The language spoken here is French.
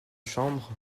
chambre